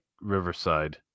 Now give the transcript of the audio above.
Riverside